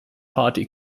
party